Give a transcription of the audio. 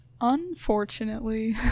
Unfortunately